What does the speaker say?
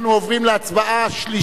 אנחנו עוברים להצבעה השלישית,